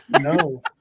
No